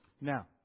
Now